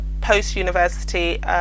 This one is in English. post-university